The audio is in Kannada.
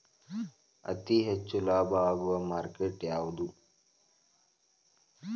ಅತಿ ಹೆಚ್ಚು ಲಾಭ ಆಗುವ ಮಾರ್ಕೆಟ್ ಯಾವುದು?